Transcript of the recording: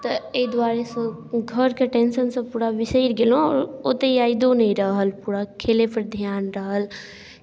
तऽ एहि दुआरेसँ घरके टेंशनसभ पूरा बिसरि गेलहुँ ओतेक यादो नहि रहल पूरा खेलेपर ध्यान रहल